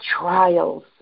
trials